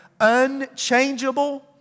unchangeable